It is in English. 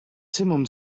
simum